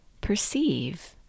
perceive